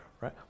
right